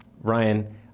Ryan